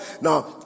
Now